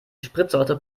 spritsorte